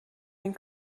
این